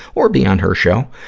or be on her show